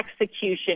execution